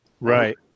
Right